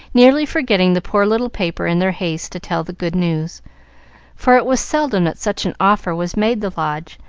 nearly forgetting the poor little paper in their haste to tell the good news for it was seldom that such an offer was made the lodge,